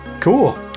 Cool